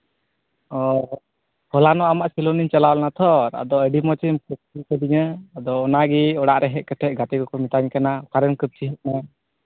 ᱚ ᱦᱚᱞᱟᱱᱚᱜ ᱟᱢᱟᱜ ᱥᱮᱞᱩᱱᱤᱧ ᱪᱟᱞᱟᱣ ᱞᱮᱱᱟ ᱛᱚ ᱟᱫᱚ ᱟᱹᱰᱤ ᱢᱚᱡᱮᱢ ᱠᱟᱹᱢᱪᱤ ᱠᱟᱹᱫᱤᱧᱟ ᱟᱫᱚ ᱚᱱᱟᱜᱮ ᱚᱲᱟᱜ ᱨᱮ ᱦᱮᱡ ᱠᱟᱛᱮᱫ ᱜᱟᱛᱮ ᱠᱚᱠᱚ ᱢᱮᱛᱟᱧ ᱠᱟᱱᱟ ᱚᱠᱟᱨᱮᱢ ᱠᱟᱢᱪᱤ ᱦᱮᱡ ᱠᱟᱱᱟ